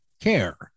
care